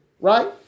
right